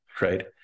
right